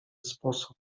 sposób